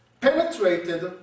penetrated